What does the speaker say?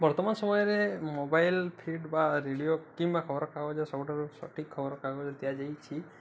ବର୍ତ୍ତମାନ ସମୟରେ mobile feed ବା ରେଡ଼ିଓ କିମ୍ବା ଖବରକାଗଜ ସବୁଠାରୁ ସଠିକ୍ ଖବରକାଗଜ ଦିଆଯାଇଛି